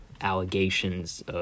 Allegations